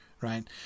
right